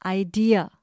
idea